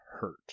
hurt